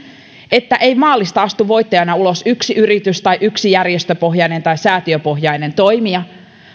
että ei maalista astu voittajana ulos yksi yritys tai yksi järjestöpohjainen tai säätiöpohjainen toimija